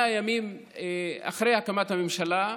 100 ימים להקמת הממשלה,